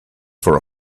for